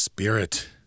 Spirit